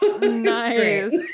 Nice